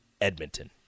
Edmonton